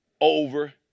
over